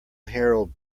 herald